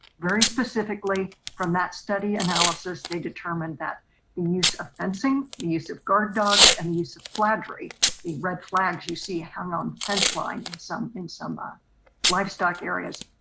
very specifically from that study analysis they determined that the use of fencing, the use of guard dogs and the use of flattery the red flags you see hung on fence line in some in some ah livestock areas.